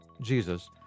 Jesus